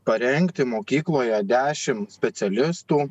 parengti mokykloje dešimt specialistų